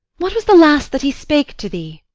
what was the last that he spake to thee?